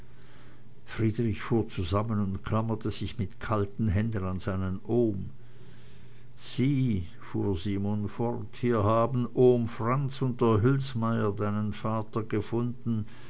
friedrich fuhr zusammen und klammerte sich mit kalten händen an seinen ohm sieh fuhr simon fort hier haben ohm franz und der hülsmeyer deinen vater gefunden